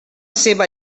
seva